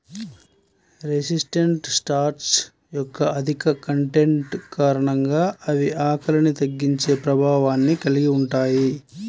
resistant starch యొక్క అధిక content కారణంగా అవి ఆకలిని తగ్గించే ప్రభావాన్ని కలిగి ఉంటాయి